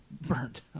Burnt